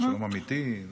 שלום אמיתי.